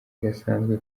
gasanzwe